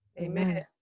Amen